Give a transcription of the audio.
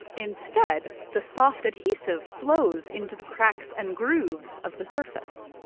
instead, the soft adhesive flows into the cracks and grooves of the surface.